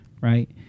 Right